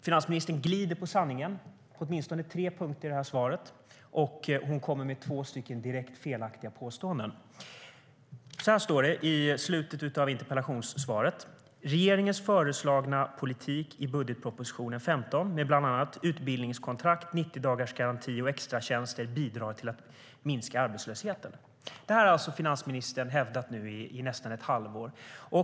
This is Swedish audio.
Finansministern glider på sanningen, på åtminstone tre punkter i svaret. Och hon kommer med två direkt felaktiga påståenden. I slutet av interpellationssvaret säger finansministern att regeringens föreslagna politik i budgetpropositionen 2015 med bland annat utbildningskontrakt, 90-dagarsgaranti och extratjänster bidrar till att minska arbetslösheten. Det har finansministern hävdat i nästan ett halvår nu.